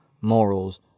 morals